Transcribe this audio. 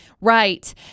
Right